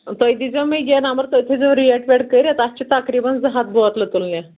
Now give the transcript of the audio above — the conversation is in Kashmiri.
تُہۍ دی زیو مےٚ یہِ نمبر تُہۍ تھٲے زیو ریٹ ویٹ کٔرِتھ اَتھ چھِ تقریٖبن زٕ ہَتھ بٲتلہٕ تُلنہِ